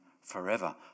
forever